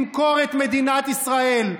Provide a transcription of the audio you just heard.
למכור את מדינת ישראל,